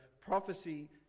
prophecy